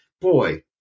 boy